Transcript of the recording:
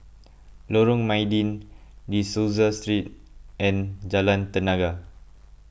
Lorong Mydin De Souza Street and Jalan Tenaga